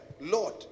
Lord